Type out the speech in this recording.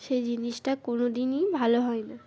সেই জিনিসটা কোনো দিনই ভালো হয় না